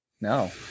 No